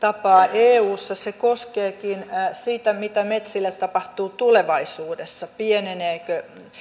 eussa koskeekin sitä mitä metsille tapahtuu tulevaisuudessa pieneneekö